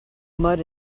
mud